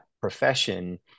profession